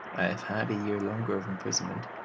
have had a year longer of imprisonment,